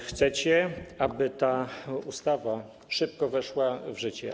Chcecie, aby ta ustawa szybko weszła w życie.